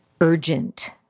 urgent